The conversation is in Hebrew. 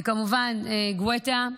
וכמובן לגואטה,